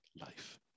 life